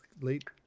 late